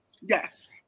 Yes